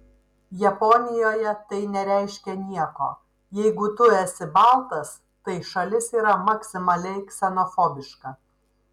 japonijoje tai nereiškia nieko jeigu tu esi baltas tai šalis yra maksimaliai ksenofobiška